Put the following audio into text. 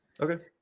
Okay